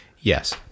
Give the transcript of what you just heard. Yes